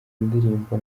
indirimbo